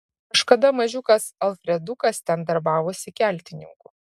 kažkada mažiukas alfredukas ten darbavosi keltininku